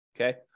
okay